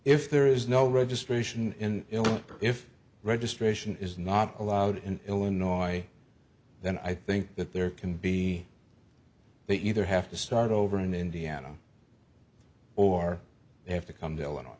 if there is no registration in illinois if registration is not allowed in illinois then i think that there can be they either have to start over in indiana or they have to come to illinois